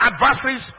adversaries